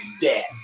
dead